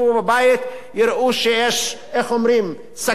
יראו שיש סכנה ביטחונית,